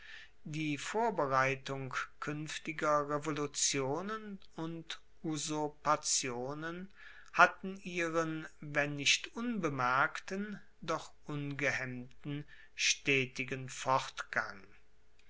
die vorbereitung kuenftiger revolutionen und usurpationen hatten ihren wenn nicht unbemerkten doch ungehemmten stetigen fortgang